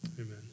amen